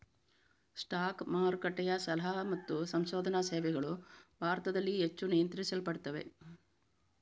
stock ಮಾರುಕಟ್ಟೆಯ ಸಲಹಾ ಮತ್ತು ಸಂಶೋಧನಾ ಸೇವೆಗಳು ಭಾರತದಲ್ಲಿ ಹೆಚ್ಚು ನಿಯಂತ್ರಿಸಲ್ಪಡುತ್ತವೆ